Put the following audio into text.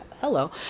hello